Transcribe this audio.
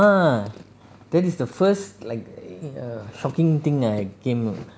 !wah! ah that is the first like err shocking thing that came